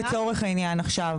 לצורך העניין עכשיו,